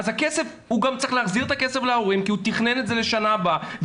הוא צריך להחזיר את הכסף להורים כי הוא תכנן את זה לשנה הבאה,